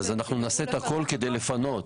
אנחנו נעשה את הכול כדי לפנות.